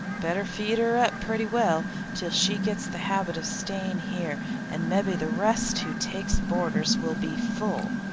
better feed her up pretty well til she gits the habit of staying here and mebby the rest who take boarders will be full,